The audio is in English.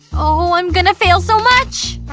oh, i'm going to fail so much!